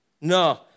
No